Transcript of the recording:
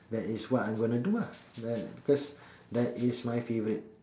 ah that is what I'm gonna do lah that because that is my favourite